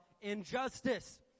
injustice